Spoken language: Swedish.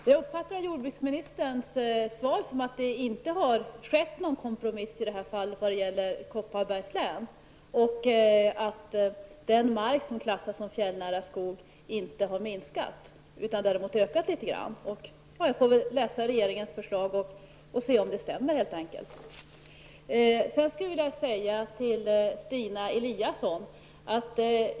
Herr talman! Jag uppfattade jordbruksministerns svar som att det i detta fall inte hade skett någon kompromiss i Kopparbergs län och att den mark som klassas som fjällnära skog inte har minskat utan snarare ökat något. Jag får väl läsa regeringens förslag och se om det stämmer.